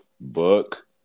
book